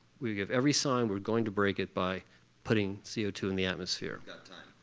we have every sign we're going to break it by putting c o two in the atmosphere.